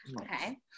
Okay